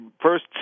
first